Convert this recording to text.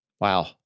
Wow